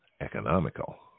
economical